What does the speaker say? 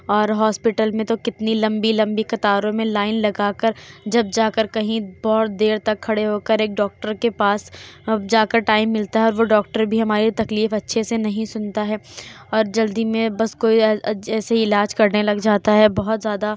اور ہاسپیٹل میں تو کتنی لمبی لمبی قطاروں میں لائن لگا کر جب جا کر کہیں بہت دیر تک کھڑے ہو کر ایک ڈاکٹر کے پاس جا کر ٹائم ملتا ہے اور وہ ڈاکٹر بھی ہماری تکلیف اچھے سے نہیں سنتا ہے اور جلدی میں بس کوئی ایسے علاج کرنے لگ جاتا ہے بہت زیادہ